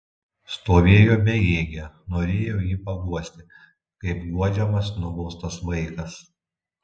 stovėjo bejėgė norėjo jį paguosti kaip guodžiamas nubaustas vaikas